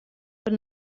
per